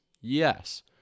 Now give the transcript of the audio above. yes